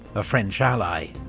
a french ally,